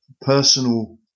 personal